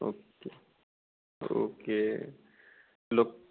okay okay लोक